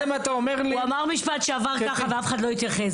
הוא אמר משפט שעבר ככה ואף אחד לא התייחס,